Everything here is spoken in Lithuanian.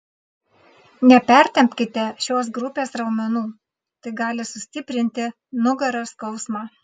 nepertempkite šios grupės raumenų tai gali sustiprinti nugaros skausmą